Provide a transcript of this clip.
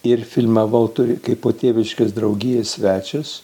ir filmavau turi kaipo tėviškės draugijos svečias